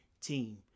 team